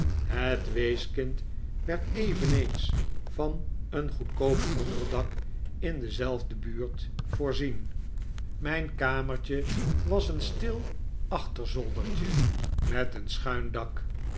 het weeskind werd eveneens van een goedkoop onderdak in dezelfde buurt voorzien mijn kamertje was een stil achterzoldertje met een schuin dak